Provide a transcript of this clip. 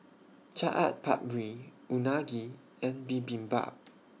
Chaat Papri Unagi and Bibimbap